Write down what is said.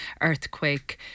Earthquake